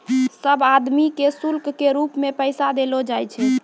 सब आदमी के शुल्क के रूप मे पैसा देलो जाय छै